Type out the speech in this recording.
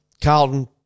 Carlton